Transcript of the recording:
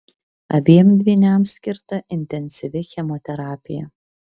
abiem dvyniams skirta intensyvi chemoterapija